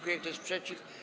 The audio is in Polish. Kto jest przeciw?